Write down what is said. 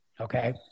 Okay